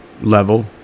level